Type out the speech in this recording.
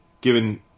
given